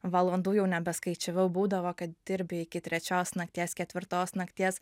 valandų jau nebeskaičiavau būdavo kad dirbi iki trečios nakties ketvirtos nakties